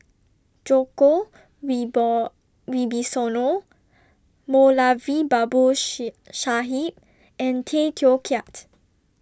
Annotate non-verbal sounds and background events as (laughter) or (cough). Djoko (unintelligible) Wibisono Moulavi Babu She Sahib and Tay Teow Kiat